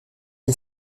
est